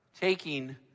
taking